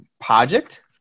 project